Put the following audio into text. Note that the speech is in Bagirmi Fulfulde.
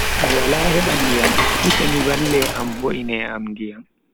Mi wala heba ndiyam, useni valle am vo'ine am ndiyam.